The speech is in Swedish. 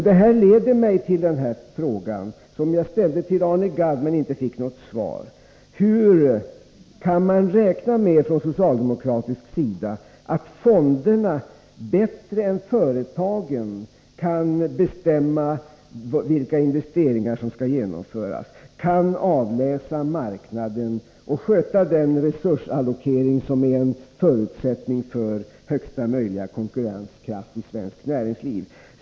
Detta leder mig fram till den fråga som jag ställde till Arne Gadd, men inte fick något svar på: Kan man från socialdemokratisk sida räkna med att fonderna bättre än företagen kan bestämma vilka investeringar som skall genomföras, att de kan avläsa marknaden och sköta den resursallokering som är en förutsättning för högsta möjliga konkurrenskraft i svenskt näringsliv?